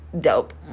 dope